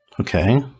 Okay